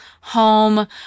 home